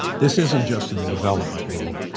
this isn't just in the development world,